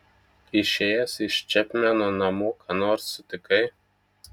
išėjęs iš čepmeno namų ką nors sutikai